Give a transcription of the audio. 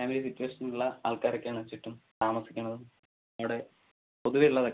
family സിറ്റുവേഷനിൽ ഉള്ള ആൾക്കാർ ഒക്കെ ആണ് ചുറ്റും താമസിക്കുന്നത് അവിടെ പൊതുവെ ഉള്ളതൊക്കെ